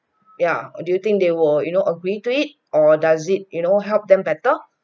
yeah do you think they will you know agree to it or does it you know help them better